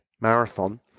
marathon